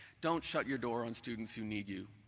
don't shut your door on students who need you,